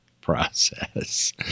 process